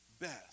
best